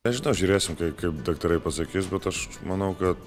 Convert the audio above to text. nežinau žiūrėsim kaip daktarai pasakys bet aš manau ka